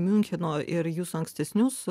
miuncheno ir jūsų ankstesnius